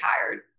tired